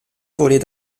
volées